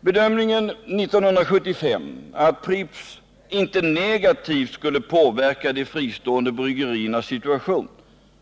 Bedömningen 1975 att Pripps ”inte negativt skulle påverka de fristående bryggeriernas situation”